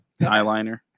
eyeliner